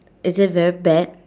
is it very bad